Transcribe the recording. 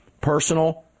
personal